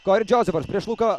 kori džosefas prieš luką